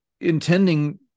intending